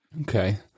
Okay